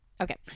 okay